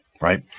right